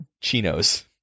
chino's